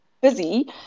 busy